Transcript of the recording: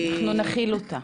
אנחנו נכיל אותה.